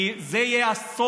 כי זה יהיה הסוף